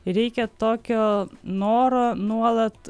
reikia tokio noro nuolat